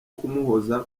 kumuhoza